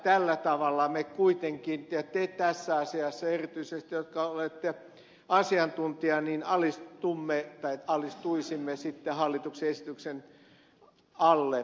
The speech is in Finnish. tällä tavalla me kuitenkin ja te tässä asiassa erityisesti joka olette asiantuntija alistumme tai alistuisimme sitten hallituksen esityksen alle